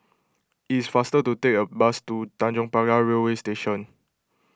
it is faster to take the bus to Tanjong Pagar Railway Station